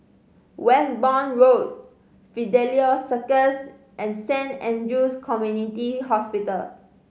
Westbourne Road Fidelio Circus and Saint Andrew's Community Hospital